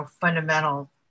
fundamental